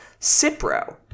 Cipro